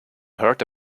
heard